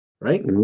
right